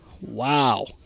Wow